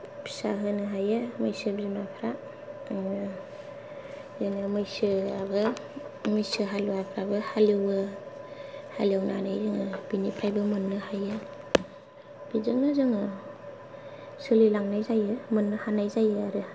फिसा होनो हायो मैसो बिमाफ्रा बिदिनो बेनो मैसोआबो मैसो हालुवाफ्राबो हालेवो हालेवनानै जोङो बेनिफ्रायबो मोननो हायो बिदिनो जोङो सोलिलांनाय जायो मोननो हानाय जायो आरो